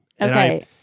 Okay